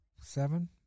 seven